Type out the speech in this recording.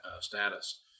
status